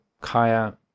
Kaya